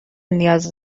نیاز